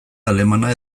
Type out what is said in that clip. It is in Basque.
alemana